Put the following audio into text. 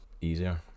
easier